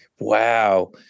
wow